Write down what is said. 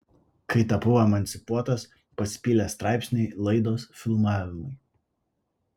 kai tapau emancipuotas pasipylė straipsniai laidos filmavimai